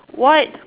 what